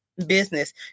business